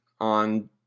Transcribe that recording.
on